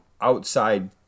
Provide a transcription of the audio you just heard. outside